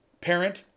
Parent